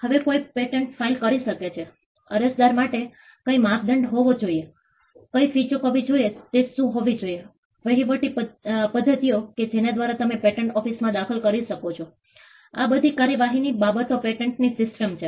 હવે કોણ patent file કરી શકે છે અરજદાર માટે કઇ માપદંડ હોવો જોઈએ કઈ ફી ચૂકવવી જોઇએ તે શું હોવી જોઈએ વહીવટી પદ્ધતિઓ કે જેના દ્વારા તમે પેટન્ટ ઓફિસમાં દખલ કરી શકો છો આ બધી કાર્યવાહીની બાબતો પેટન્ટની સિસ્ટમ છે